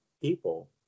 people